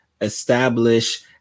establish